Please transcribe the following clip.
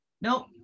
Nope